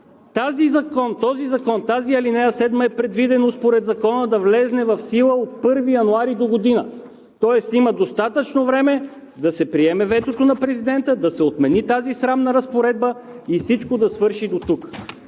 Този закон, тази ал. 7 е предвидено според Закона да влезе в сила от 1 януари догодина. Тоест има достатъчно време да се приеме ветото на президента, да се отмени тази срамна разпоредба и всичко да свърши дотук.